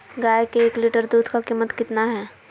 गाय के एक लीटर दूध का कीमत कितना है?